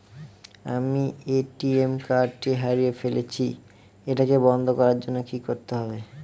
আমি ATM card টি হারিয়ে ফেলেছি এটাকে বন্ধ করার জন্য কি করতে হবে?